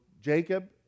Jacob